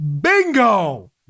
Bingo